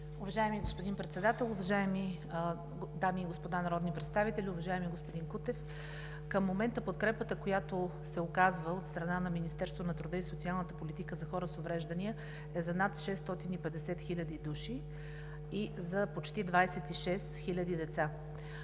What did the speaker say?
Уважаеми господин Председател, уважаеми дами и господа народни представители! Уважаеми господин Кутев, към момента подкрепата, която се оказва от страна на Министерството на труда и социалната политика за хора с увреждания, е за над 650 000 души и за почти 26 000 деца.